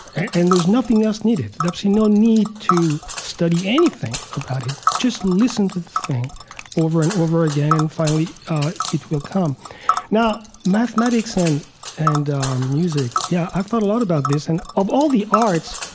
and there's nothing else needed. there's absolutely no need to study anything about it. just listen to the thing over and over again, and finally it will come now mathematics and and music, yeah. i've thought a lot about this. and of all the arts,